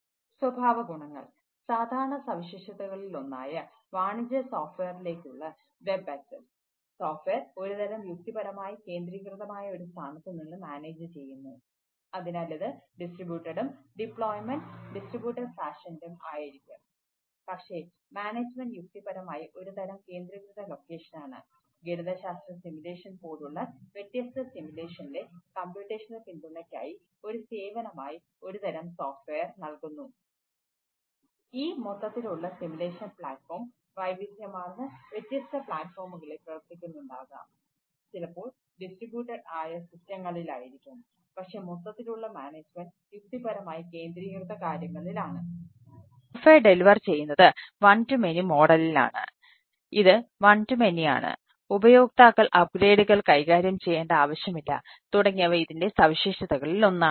സ്വഭാവഗുണങ്ങൾ സാധാരണ സവിശേഷതകളിലൊന്നായ വാണിജ്യ സോഫ്റ്റ്വെയറിലേക്കുള്ള യുക്തിപരമായി കേന്ദ്രീകൃതമായ കാര്യങ്ങളാണ്